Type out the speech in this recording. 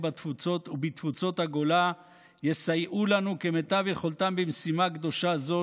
ובתפוצות הגולה יסייעו לנו כמיטב יכולתם במשימה קדושה זו,